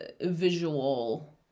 visual